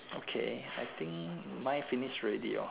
okay I think mine finished already hor